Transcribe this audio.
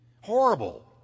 Horrible